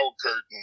curtain